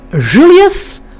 Julius